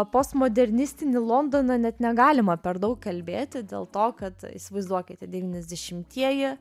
postmodernistinį londoną net negalima per daug kalbėti dėl to kad įsivaizduokite devyniasdešimtieji